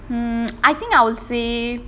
hmm I think I will say